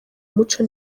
umuco